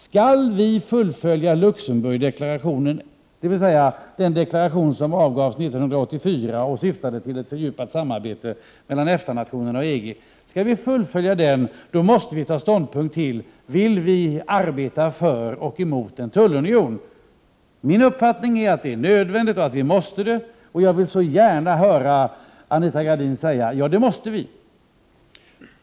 Skall Sverige fullfölja Luxemburgdeklarationen, dvs. den deklaration som avgavs 1984 och som syftade till ett fördjupat samarbete mellan EFTA-nationerna och EG, måste Sverige ta ställning till om man vill arbeta för en tullunion. Min uppfattning är att det är nödvändigt att Sverige gör det, och jag vill gärna höra Anita Gradin säga att Sverige måste göra det.